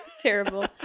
Terrible